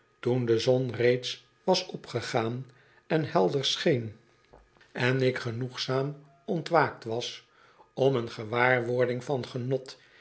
toen de zon reeds was opgegaan en helder scheen en ik genoegzaam ontwaakt was om een gewaarwording van genot